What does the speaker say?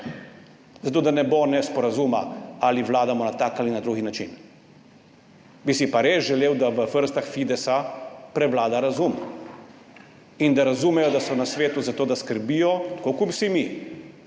zato da ne bo nesporazuma, ali vladamo na tak ali na drug način. Bi si pa res želel, da v vrstah Fidesa prevlada razum in da razumejo, da so na svetu zato, da skrbijo, tako kot vsi mi,